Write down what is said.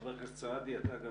חבר הכנסת סעדי, אתה גם